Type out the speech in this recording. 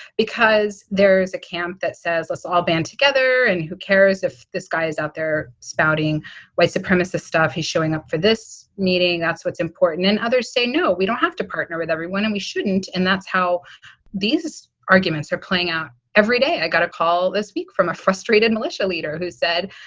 because there is a camp that says, let's all band together and who cares if this guy is out there spouting white supremacist stuff? he's showing up this meeting. that's what's important. and others say, no, we don't have to partner with everyone and we shouldn't. and that's how these arguments are playing out every day. i got a call this week from a frustrated militia leader who said,